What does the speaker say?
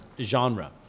genre